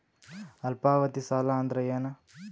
ಅಲ್ಪಾವಧಿ ಸಾಲ ಅಂದ್ರ ಏನು?